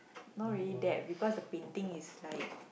not really that because the painting is like